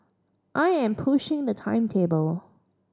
I am pushing the timetable